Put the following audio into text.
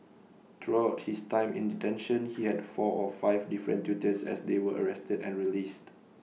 throughout his time in detention he had four or five different tutors as they were arrested and released